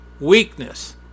Weakness